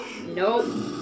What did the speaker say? nope